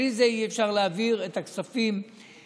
בלי זה אי-אפשר להעביר את הכספים למשפחות.